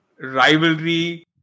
rivalry